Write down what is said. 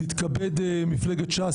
תתכבד מפלגת ש"ס,